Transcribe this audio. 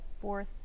fourth